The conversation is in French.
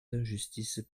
d’injustice